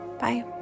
bye